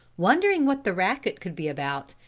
wondering what the racket could be about,